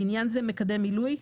לעניין זה, "מקדם מילוי"